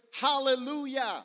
hallelujah